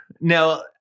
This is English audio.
Now